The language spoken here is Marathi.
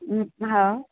हं हाव